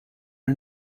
are